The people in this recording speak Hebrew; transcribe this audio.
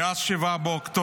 מאז 7 באוקטובר,